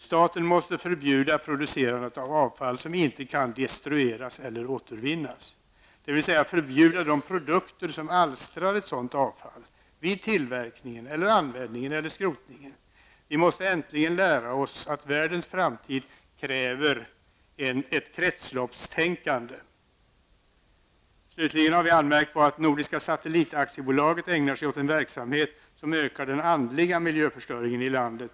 Staten måste förbjuda producerandet av avfall som inte kan destrueras eller återvinnas, dvs. förbjuda de produkter som alstrar sådant avfall vid tillverkning eller användning eller skrotning. Vi måste äntligen lära oss att världens framtid kräver ett kretsloppstänkande. Slutligen har vi anmärkt på att Nordiska Satellit AB ägnar sig åt en verksamhet som ökar den andliga miljöförstöringen i landet.